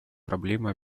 проблема